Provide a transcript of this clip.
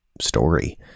story